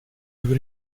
über